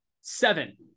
seven